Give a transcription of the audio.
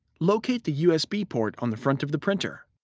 locate the usb port on the front of the printer.